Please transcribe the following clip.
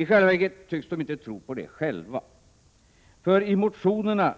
I själva verket tycks de borgerliga partierna inte tro på det själva, för i motionerna